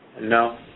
No